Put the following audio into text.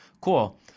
cool